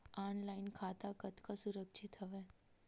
Online खाता कतका सुरक्षित हवय?